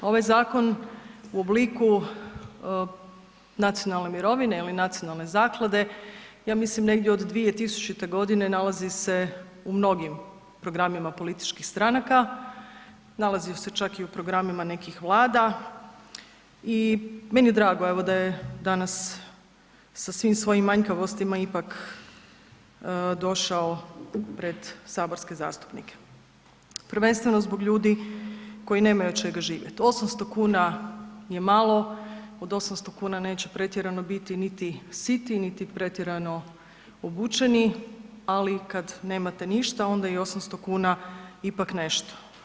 Ovaj zakon u obliku nacionalne mirovine ili nacionalne zaklade, ja mislim negdje od 2000. g. nalazi se u mnogim programima političkih stranaka, nalazio se čak i u programima nekih Vlada i meni je drago evo da je danas sa svim svojim manjkavostima ipak došao pred saborske zastupnike prvenstveno zbog ljudi koji nemaju od čega živjet, 800 kn je malo, od 800 kn neće pretjerano biti niti siti niti pretjerano obučeni, ali kad nemate ništa, onda je i 800 kn ipak nešto.